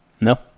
No